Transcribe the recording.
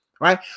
right